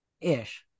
Ish